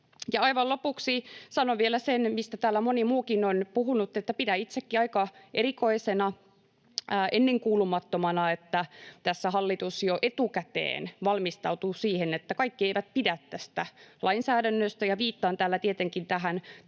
Aivan lopuksi sanon vielä sen, mistä täällä moni muukin on puhunut, että pidän itsekin aika erikoisena ja ennenkuulumattomana, että tässä hallitus jo etukäteen valmistautuu siihen, että kaikki eivät pidä tästä lainsäädännöstä. Viittaan tällä tietenkin tähän taannehtivaan